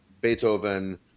Beethoven